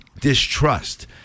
distrust